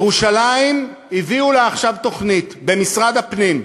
ירושלים, הביאו לה עכשיו תוכנית במשרד הפנים.